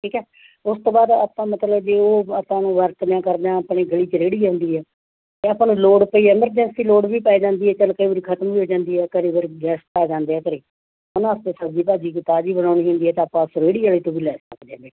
ਠੀਕ ਹੈ ਉਸ ਤੋਂ ਬਾਅਦ ਆਪਾਂ ਮਤਲਬ ਜੇ ਉਹ ਆਪਾਂ ਨੂੰ ਵਰਤਨਾ ਕਰਨਾ ਆਪਣੀ ਗਲੀ 'ਚ ਰੇਹੜੀ ਆਉਂਦੀ ਹੈ ਅਤੇ ਆਪਾਂ ਨੂੰ ਲੋੜ ਪਈ ਐਮਰਜੈਂਸੀ ਲੋੜ ਵੀ ਪੈ ਜਾਂਦੀ ਹੈ ਚੱਲ ਕਈ ਵਾਰੀ ਖ਼ਤਮ ਹੋ ਜਾਂਦੀ ਹੈ ਕਈ ਵਾਰੀ ਗੈਸਟ ਆ ਜਾਂਦੇ ਨੇ ਘਰ ਉਹਨਾਂ ਵਾਸਤੇ ਸਬਜ਼ੀ ਭਾਜੀ ਤਾਜ਼ੀ ਬਣਾਉਣੀ ਹੁੰਦੀ ਹੈ ਤਾਂ ਆਪਾਂ ਇੱਥੇ ਰੇਹੜੀ ਵਾਲੇ ਤੋਂ ਵੀ ਲੈ ਸਕਦੇ ਹਾਂ ਬੇਟੇ